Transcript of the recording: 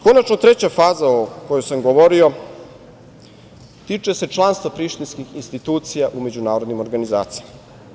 Konačno, treća faza o kojoj sam govorio tiče se članstva prištinskih institucija u međunarodnim organizacijama.